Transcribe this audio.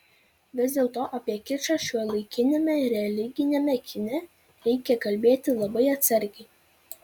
vis dėlto apie kičą šiuolaikiniame religiniame kine reikia kalbėti labai atsargiai